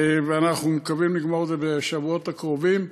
ואנחנו מקווים לגמור את זה בשבועות הקרובים.